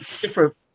different